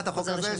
מטרת החוק הזה,